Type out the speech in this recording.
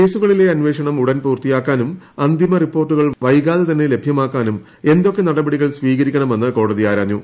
കേസ്സുകളിലെ അന്വേഷണം ഉടൻ പൂർത്തിയാക്കാനും അന്തിമ റിപ്പോർട്ടുകൾ വൈകാതെ തന്നെ ലഭ്യമാക്കാനും എന്തൊക്കെ നടപടികൾ സ്വീകരിക്കണമെന്ന് കോടതി ആരാഞ്ഞു